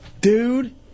dude